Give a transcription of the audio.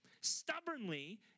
stubbornly